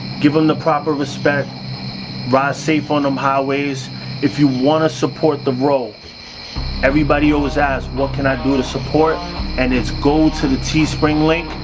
give them the proper respect rise safe on them highways if you want to support the row everybody always asks what can i do to support and it's go to the teespring link?